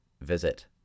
visit